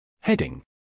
Heading